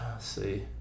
See